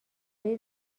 های